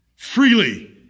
Freely